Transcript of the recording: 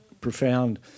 profound